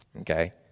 okay